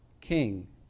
king